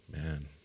man